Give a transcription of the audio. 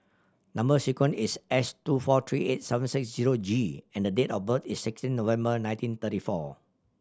number sequence is S two four three eight seven six zero G and the date of birth is sixteen November nineteen thirty four